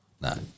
No